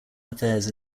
affairs